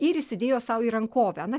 ir įsidėjo sau į rankovę na